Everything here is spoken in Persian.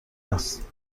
است